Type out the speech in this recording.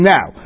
Now